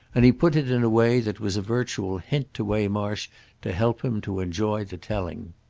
and he put it in a way that was a virtual hint to waymarsh to help him to enjoy the telling.